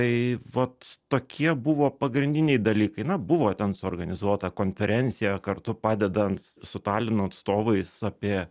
tai vat tokie buvo pagrindiniai dalykai na buvo ten suorganizuota konferencija kartu padedant su talino atstovais apie